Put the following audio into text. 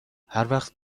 هروقت